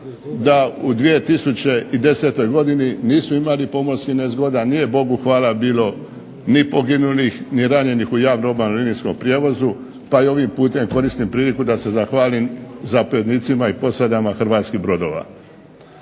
da u 2010. godini nisu imali pomorskih nezgoda, nije Bogu hvala bilo ni poginulih, ni ranjenih u javnom obalnom linijskom prijevozu, pa i ovim putem koristim priliku da se zahvalim zapovjednicima i posadama hrvatskih brodova.